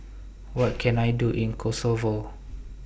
What Can I Do in Kosovo